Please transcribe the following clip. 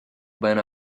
ben